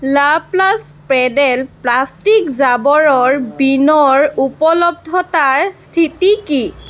লাপ্লাষ্ট pedal plastic জাবৰৰ বিনৰ উপলব্ধতাৰ স্থিতি কি